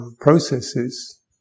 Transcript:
processes